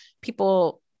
people